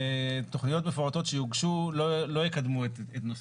תכניות מפורטות שיוגשו לא יקדמו את נושא